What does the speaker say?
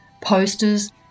posters